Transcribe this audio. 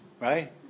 Right